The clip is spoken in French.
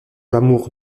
l’amour